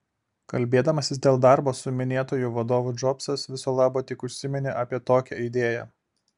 kalbėdamasis dėl darbo su minėtuoju vadovu džobsas viso labo tik užsiminė apie tokią idėją